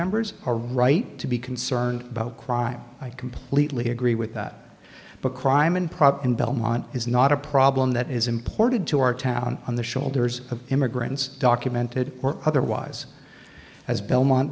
members are right to be concerned about crime i completely agree with that but crime and problem in belmont is not a problem that is imported to our town on the shoulders of immigrants documented or otherwise as belmont